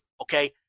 Okay